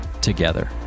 together